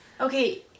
okay